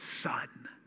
son